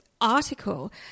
article